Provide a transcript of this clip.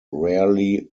rarely